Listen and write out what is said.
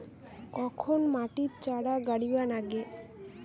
কখন মাটিত চারা গাড়িবা নাগে?